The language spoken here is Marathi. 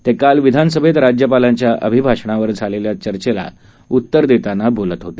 ते काल विधानसभेत राज्यपालांच्या अभिभाषणावर झालेल्या चर्चेला उत्तर देतांना बोलत होते